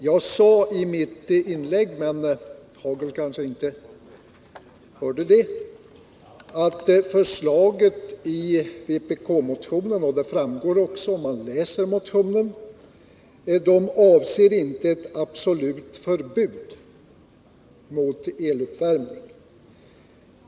Jag sade i mitt inlägg — men Rolf Hagel kanske inte hörde det — och det framgår också av motionen, att förslaget i vpk-motionen inte avser ett absolut förbud mot eluppvärmning.